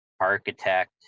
Architect